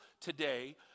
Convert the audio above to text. Today